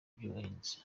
by’ubuhanzi